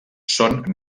són